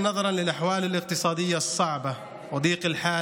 בהתחשב בתנאים הכלכליים הקשים ובמצב הקשה